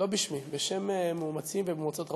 לא בשמי, בשם מאומצים ומאומצות.